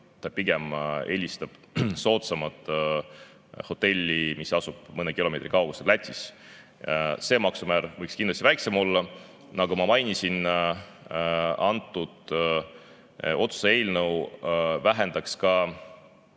Ta pigem eelistab soodsamat hotelli, mis asub mõne kilomeetri kaugusel Lätis. See maksumäär võiks kindlasti väiksem olla. Nagu ma mainisin, siis antud otsuse eelnõu vähendab ka